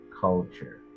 culture